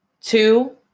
Two